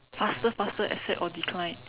faster faster accept or decline